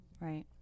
Right